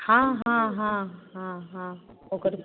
हँ हँ हँ हँ हँ ओकर